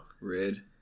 Red